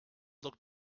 looked